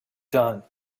done